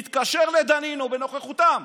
מתקשר לדנינו בנוכחותם,